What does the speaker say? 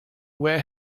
wear